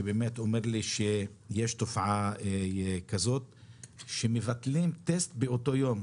שבאמת אומר לי שיש תופעה כזאת שמבטלים טסט באותו יום,